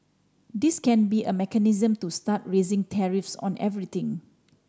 this can't be a mechanism to start raising tariffs on everything